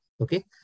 Okay